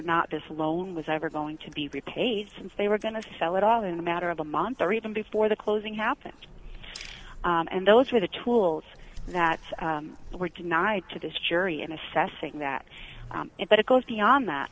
not this loan was ever going to be repaid since they were going to sell it all in a matter of a month or even before the closing happened and those were the tools that were denied to this jury in assessing that it but it goes beyond that